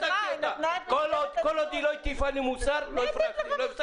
היא נתנה ----- כל עוד היא לא הטיפה לי מוסר לא הפסקתי אותה.